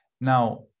now